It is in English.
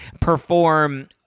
perform